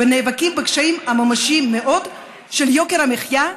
ונאבקים בקשיים הממשיים מאוד של יוקר המחיה,